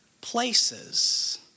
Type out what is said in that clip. places